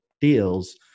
deals